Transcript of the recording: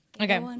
Okay